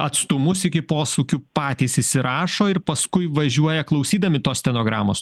atstumus iki posūkių patys įsirašo ir paskui važiuoja klausydami tos stenogramos